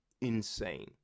insane